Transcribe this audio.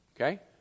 okay